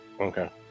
Okay